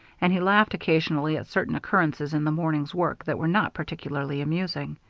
and he laughed occasionally at certain occurrences in the morning's work that were not particularly amusing.